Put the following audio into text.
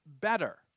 better